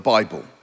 Bible